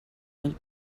mil